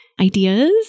ideas